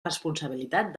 responsabilitat